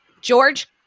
George